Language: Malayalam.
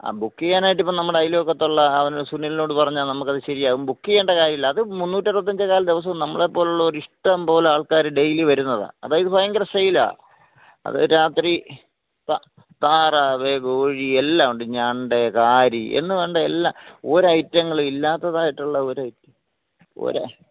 ആ ബുക്ക് ചെയ്യാനായിട്ടിപ്പം നമ്മുടെ അയല്വക്കത്തുള്ള അവനോ സുനിലിനോട് പറഞ്ഞാൽ നമുക്ക് അത് ശരിയാവും ബുക്ക് ചെയ്യേണ്ട കാര്യമില്ല അത് മുന്നൂറ്റി അറുപത്തഞ്ചേ കാല് ദിവസവും നമ്മളെ പോലെ ഉള്ളവർ ഇഷ്ടം പോലെ ആള്ക്കാർ ഡെയിലി വരുന്നതാണ് അപ്പോൾ ഇത് ഭയങ്കര സെയിൽ ആണ് അത് രാത്രി താറാവ് കോഴി എല്ലാമുണ്ട് ഞണ്ട് കാരി എന്ന് വേണ്ട എല്ലാ ഒരു ഐറ്റങ്ങളും ഇല്ലാത്തതായിട്ടുള്ള ഒരു ഒരു